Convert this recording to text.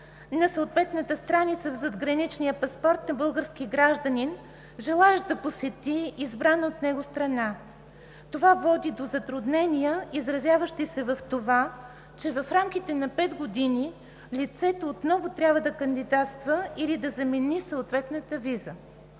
на съответната страница в задграничният паспорт на български гражданин, желаещ да посети избрана от него страна. Това води до затруднения, изразяващи се в това, че в рамките на пет години лицето отново трябва да кандидатства или да замени съответната виза.